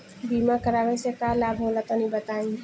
बीमा करावे से का लाभ होला तनि बताई?